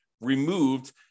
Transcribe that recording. removed